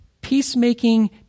Peacemaking